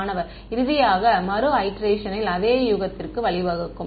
மாணவர் இறுதியாக மறு ஐடெரேஷனில் அதே யூகத்திற்கு வழிவகுக்கும்